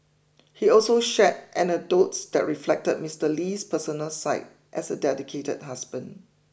he also shared anecdotes that reflected Mister Lee's personal side as a dedicated husband